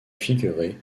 figuré